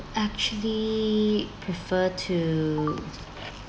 actually prefer to